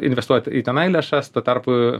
investuoja į tenai lėšas tuo tarpu